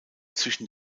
zwischen